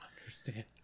understand